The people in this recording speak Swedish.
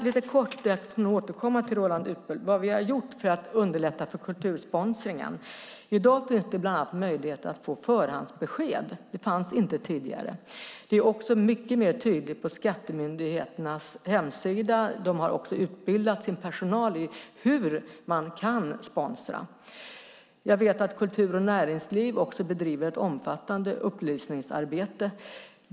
Lite kort ska jag återkomma till Roland Utbult om vad vi har gjort för att underlätta för kultursponsringen. I dag finns det bland annat möjlighet att få förhandsbesked, som inte fanns tidigare. Det är mycket mer tydligt på skattemyndigheternas hemsida, och de har utbildat sin personal i hur man kan sponsra. Jag vet att kultur och näringsliv också bedriver ett omfattande upplysningsarbete.